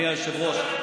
אדוני היושב-ראש,